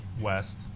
West